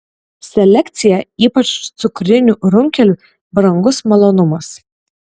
selekcija ypač cukrinių runkelių brangus malonumas